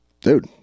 dude